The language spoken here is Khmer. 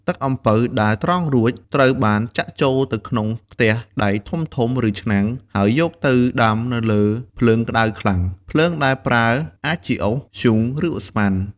ទឹកអំពៅដែលត្រងរួច ត្រូវបានចាក់ចូលទៅក្នុងខ្ទះដែកធំៗ ឬឆ្នាំង ហើយយកទៅដាំនៅលើភ្លើងក្ដៅខ្លាំង។ ភ្លើងដែលប្រើអាចជាអុស ធ្យូង ឬឧស្ម័ន។